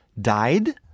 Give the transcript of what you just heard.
died